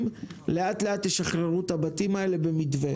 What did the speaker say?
לאט-לאט ישחררו את הבתים האלה במתווה.